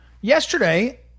Yesterday